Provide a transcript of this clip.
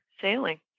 sailing